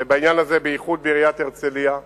ובעניין הזה בייחוד בעיריית הרצלייה,